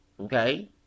Okay